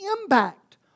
impact